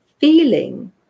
feeling